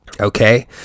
okay